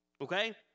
okay